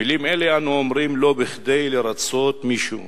מלים אלה אנו אומרים לא כדי לרצות מישהו,